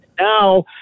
now